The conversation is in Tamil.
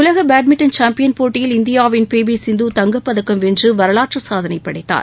உலக பேட்மிண்டன் சாம்பியன் போட்டியில் இந்தியாவின் பி வி சிந்து தங்கப்பதக்கம் வென்று வரவாற்றுச் சாதனை படைத்தார்